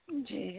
जी